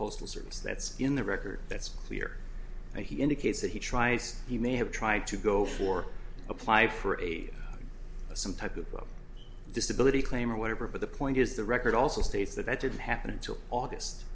postal service that's in the record that's clear and he indicates that he tries he may have tried to go for apply for a some type of disability claim or whatever but the point is the record also states that that didn't happen until august